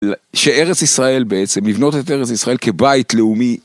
שארץ ישראל בעצם, לבנות את ארץ ישראל כבית לאומי.